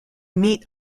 meat